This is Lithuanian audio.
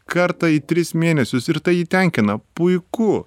kartą į tris mėnesius ir tai jį tenkina puiku